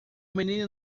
menino